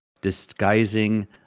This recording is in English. disguising